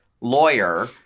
lawyer